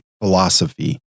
philosophy